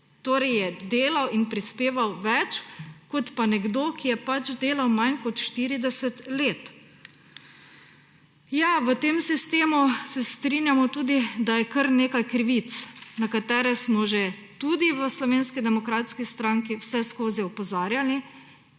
torej je delal in prispeval več kot pa nekdo, ki je delal manj kot 40 let. Ja, se strinjamo tudi, da je v tem sistemu kar nekaj krivic, na katere smo že tudi v Slovenski demokratski stranki vseskozi opozarjali;